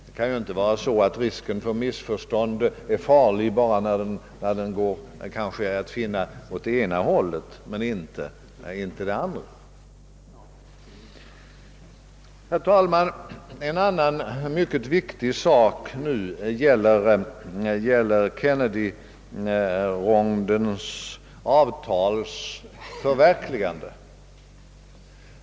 Det kan ju inte vara så att risken för missförstånd är farlig bara när den är att finna på det ena hållet men inte på det andra. Herr talman! En annan mycket viktig sak är förverkligandet av avtalen i Kennedyronden.